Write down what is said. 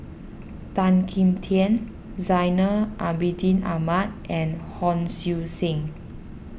Tan Kim Tian Zainal Abidin Ahmad and Hon Sui Sen